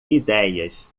idéias